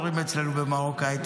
אומרים אצלנו במרוקאית,